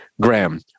Graham